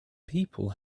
people